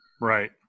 Right